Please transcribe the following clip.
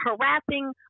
harassing